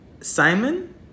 Simon